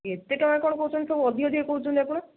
ଏତେ ଟଙ୍କା କ'ଣ କହୁଛନ୍ତି ସବୁ ଅଧିକ ଅଧିକ କହୁଛନ୍ତି ଆପଣ